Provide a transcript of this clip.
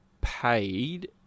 paid